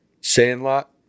Sandlot